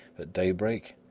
at daybreak,